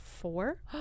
four